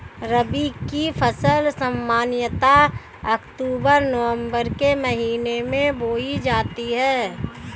रबी की फ़सल सामान्यतः अक्तूबर नवम्बर के महीने में बोई जाती हैं